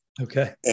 Okay